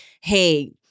hey